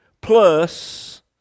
plus